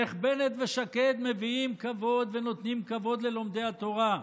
איך בנט ושקד מביאים כבוד ונותנים כבוד ללומדי התורה,